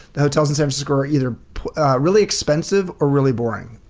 the hotels in san francisco are either really expensive or really boring.